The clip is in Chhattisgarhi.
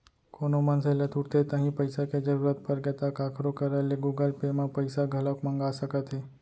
कोनो मनसे ल तुरते तांही पइसा के जरूरत परगे ता काखरो करा ले गुगल पे म पइसा घलौक मंगा सकत हे